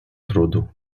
trudu